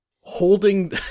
holding